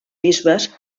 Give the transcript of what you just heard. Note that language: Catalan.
bisbes